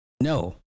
no